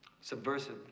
subversive